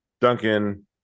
Duncan